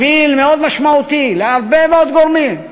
שביל מאוד משמעותי להרבה מאוד גורמים.